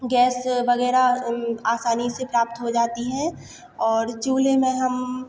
gas वग़ैरह आसानी से प्राप्त हो जाती है और चूल्हे में हम